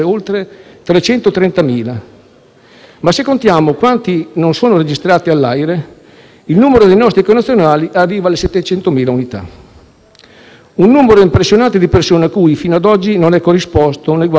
Ma se contiamo quanti non sono registrati all'AIRE, il numero dei nostri connazionali arriva alle 700.000 unità. Un numero impressionante di persone a cui, fino ad oggi, non è corrisposto un egual impegno delle nostre istituzioni.